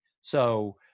So-